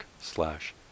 slash